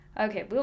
Okay